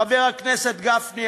חבר הכנסת גפני,